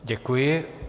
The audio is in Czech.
Děkuji.